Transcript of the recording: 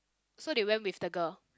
so they went with the girl